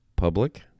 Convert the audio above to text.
public